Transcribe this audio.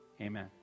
Amen